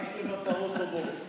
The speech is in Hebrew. רק למטרות טובות.